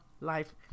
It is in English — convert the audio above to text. life